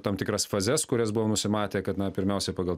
tam tikras fazes kurias buvom nusimatę kad na pirmiausia pagal